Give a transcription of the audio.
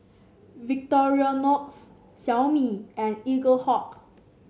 Victorinox Xiaomi and Eaglehawk